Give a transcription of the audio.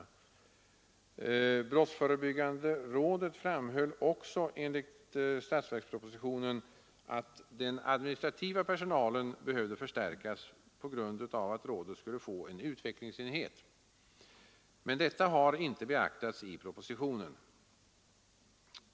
Brottsförebyggande rådet framhöll också enligt statsverkspropositionen att den administrativa personalen behövde förstärkas på grund av att rådet skulle få en utvecklingsenhet. Detta har emellertid inte beaktats i propositionen.